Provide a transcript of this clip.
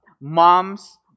moms